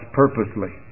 purposely